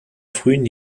frühen